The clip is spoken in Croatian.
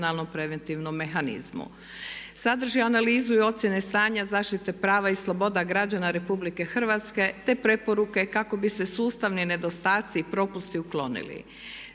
preventivnom mehanizmu. Sadrži analizu i ocjene stanja, zaštite prava i sloboda građana RH te preporuke kako bi se sustavni nedostaci i propusti uklonili.